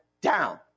down